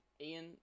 Ian